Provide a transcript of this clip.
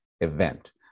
event